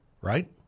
right